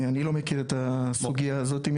אני לא מכיר את הסוגיה הזאת.